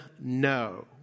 No